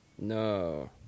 No